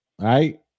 right